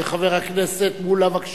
חבר הכנסת מולה, בבקשה.